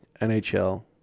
nhl